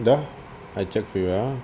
dah I check for you ah